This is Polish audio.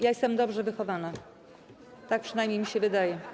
Ja jestem dobrze wychowana, tak przynajmniej mi się wydaje.